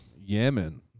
Yemen